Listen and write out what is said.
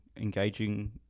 engaging